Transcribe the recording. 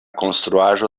konstruaĵo